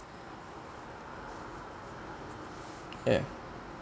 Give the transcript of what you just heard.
ya